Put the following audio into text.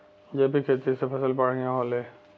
जैविक खेती से फसल बढ़िया होले